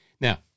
Now